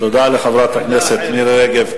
תודה לחברת הכנסת מירי רגב.